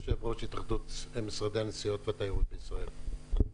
יושב-ראש התאחדות משרדי הנסיעות והתיירות בישראל.